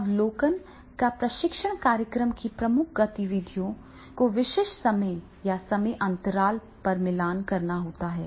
अवलोकन को प्रशिक्षण कार्यक्रम की प्रमुख गतिविधियों को विशिष्ट समय या समय अंतराल पर मिलान करना होता है